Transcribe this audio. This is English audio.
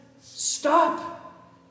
Stop